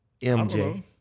mj